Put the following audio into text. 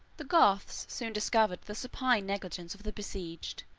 the goths soon discovered the supine negligence of the besieged,